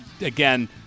again